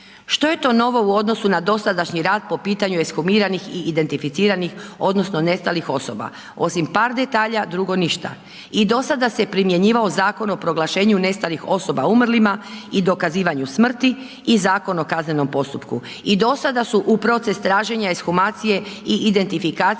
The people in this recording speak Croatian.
Što je to novo u odnosu na dosadašnji rad po pitanju ekshumiranih i identificiranih odnosno nestalih osoba, osim par detalja, drugo ništa. I do sada se primjenjivao Zakon o proglašenju nestalih osoba umrlima i dokazivanju smrti i Zakon o kaznenom postupku. I do sada su u proces traženja ekshumacije i identifikacije